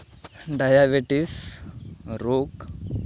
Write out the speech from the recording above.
diabetes ᱨᱳᱜᱽ